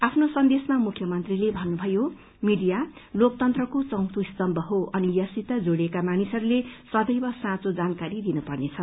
आफ्नो संदेशमा मुख्यमन्त्रीले भन्नुभयो मीडिया लोकतंत्रको चौथो स्तम्भ हो अनि यससित जड़ित मानिसहरूले सदैव साँचो जानकारी दिनुपर्नेछ